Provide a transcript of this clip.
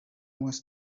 was